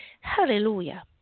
Hallelujah